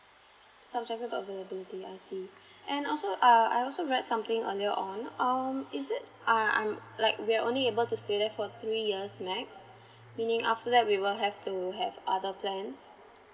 subjected to availability I see and also uh I also read something earlier on um is it I'm I'm like we are only able to stay there for three years max meaning after that we will have to have other plans